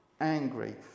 angry